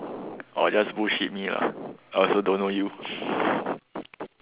or just bullshit me lah I also don't know you